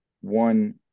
one